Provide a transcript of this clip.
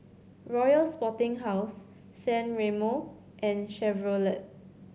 Royal Sporting House San Remo and Chevrolet